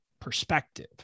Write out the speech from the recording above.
perspective